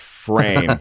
Frame